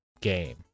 game